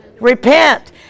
Repent